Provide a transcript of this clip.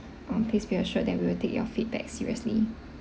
um please be assured that we will take your feedback seriously